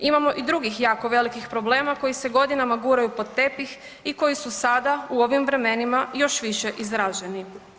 Imamo i drugih jako velikih problema koji se godinama guraju pod tepih i koji su sada u ovim vremenima još više izraženi.